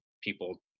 People